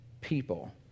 people